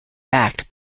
backed